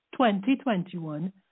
2021